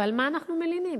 על מה אנחנו מלינים?